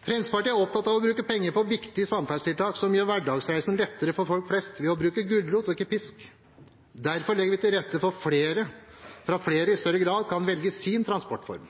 Fremskrittspartiet er opptatt av å bruke penger på viktige samferdselstiltak som gjør hverdagsreisen lettere for folk flest, ved å bruke gulrot og ikke pisk. Derfor legger vi til rette for at flere i større grad kan velge sin transportform.